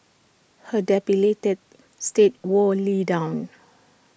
her debilitated state wore lee down